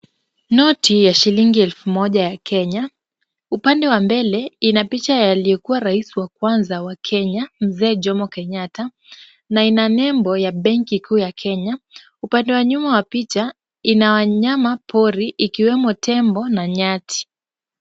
Noti ya shilingi elfu moja ya Kenya, upande wa mbele ina picha ya aliyekua rais wa kwanza wa Kenya mzee Jomo Kenyatta na ina nembo ya Benki kuu ya Kenya. Upande wa nyuma wa picha ina wanyama pori ikiwemo tembo na nyati.